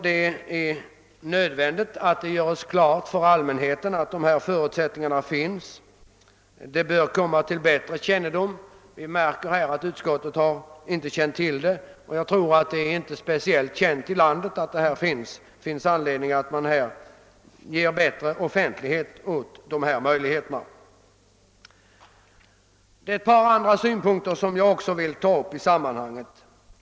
Det är nödvändigt att det görs klart för allmänheten att dessa förutsättningar finns. Vi märker här att utskottet inte har känt till det, och jag tror inte det är speciellt känt ute i landet. Det finns alltså anledning att ge bättre offentlighet åt dessa möjligheter. Jag vill också ta upp ett par andra synpunkter i sammanhanget.